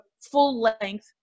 full-length